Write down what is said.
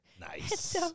Nice